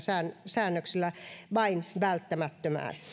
säännöksillä vain välttämättömään